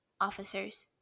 officers